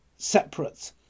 Separate